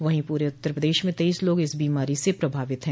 वहीं पूरे उत्तर प्रदेश में तेईस लोग इस बीमारी से प्रभावित ह